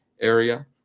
area